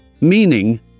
Meaning